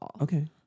Okay